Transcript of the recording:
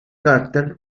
carter